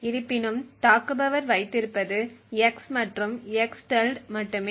இருப்பினும் தாக்குபவர் வைத்திருப்பது x மற்றும் x மட்டுமே